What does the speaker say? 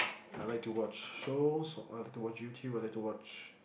I like to watch shows or I like to watch YouTube I like to watch